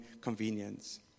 convenience